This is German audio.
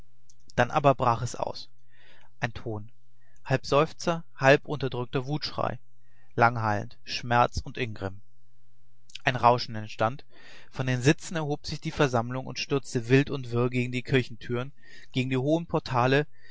dann aber brach es aus ein ton halb seufzer halb unterdrückter wutschrei langhallend schmerz und ingrimm ein rauschen entstand von den sitzen erhob sich die versammlung und stürzte wild und wirr gegen die kirchtüren gegen die hohen portale